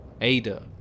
Ada